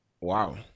wow